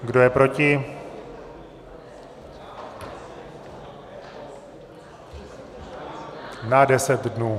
Kdo je proti? Na 10 dnů.